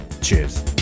Cheers